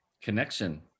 Connection